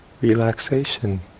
relaxation